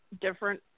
different